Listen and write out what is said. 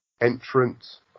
entrance